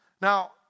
Now